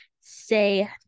say